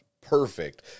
perfect